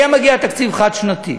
היה מגיע תקציב חד-שנתי.